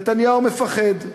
נתניהו מפחד.